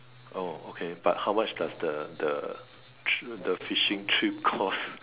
oh okay but how much does the the tr~ fishing trip cost